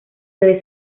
debe